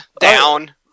down